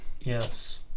Yes